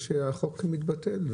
החוק מתבטל.